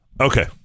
Okay